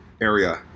area